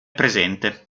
presente